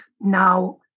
now